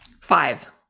Five